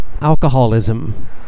alcoholism